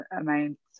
amounts